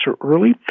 early